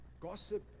Gossip